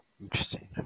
Interesting